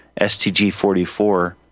STG-44